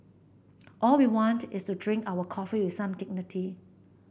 all we want is to drink our coffee with some dignity